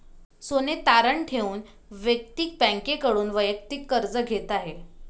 सोने तारण ठेवून व्यक्ती बँकेकडून वैयक्तिक कर्ज घेत आहे